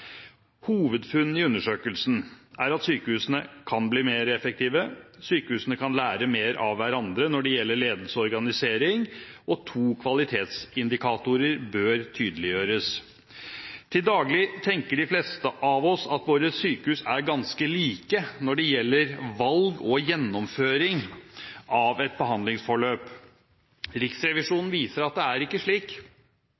i undersøkelsen er at sykehusene kan bli mer effektive. Sykehusene kan lære mer av hverandre når det gjelder ledelse og organisering, og to kvalitetsindikatorer bør tydeliggjøres. Til daglig tenker de fleste av oss at våre sykehus er ganske like når det gjelder valg og gjennomføring av et behandlingsforløp.